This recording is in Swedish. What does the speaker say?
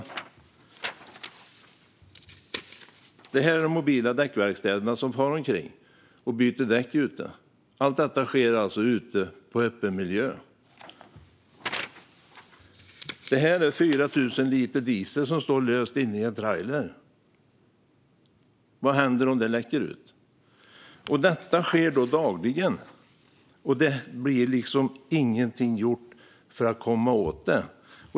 Denna bild visar en av de mobila däckverkstäder som far omkring och byter däck ute. Allt sker alltså ute i öppen miljö. Här är en bild på 4 000 liter diesel i behållare som står lösa inne i en trailer. Vad händer om den läcker ut? Detta sker dagligen, och det blir liksom ingenting gjort för att komma åt det.